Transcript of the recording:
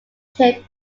tip